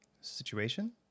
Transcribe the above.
situation